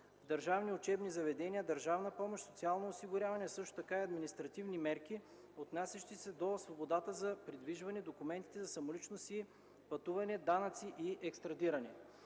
държавни учебни заведения, държавна помощ, социално осигуряване, а също така и административни мерки, отнасящи се до свободата за придвижване, документите за самоличност и пътуване, данъци и екстрадиране.